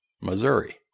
Missouri